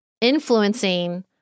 influencing